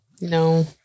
No